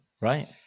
right